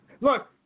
Look